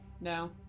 No